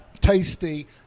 tasty